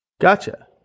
Gotcha